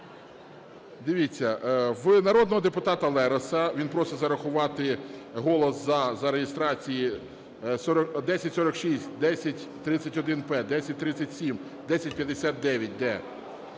Дивіться, у народного депутата Лероса. Він просить зарахувати голос "за" за реєстрації: 1046, 1031(П), 1037, 1059(Д).